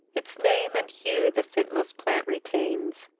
its name and hue the scentless plant retains,